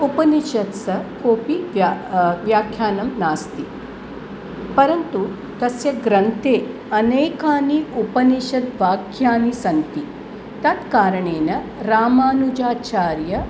उपनिषत्सु कोपि व्याख्यानं नास्ति परन्तु तस्य ग्रन्ते अनेकानि उपषिद्वाक्यानि सन्ति तत्कारणेन रामानुजाचार्यः